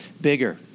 bigger